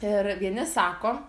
ir vieni sako